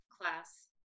class